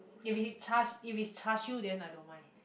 if is char-si~ if is char-siew then I don't mind